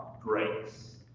Grace